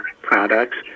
products